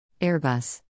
Airbus